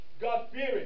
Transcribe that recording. God-fearing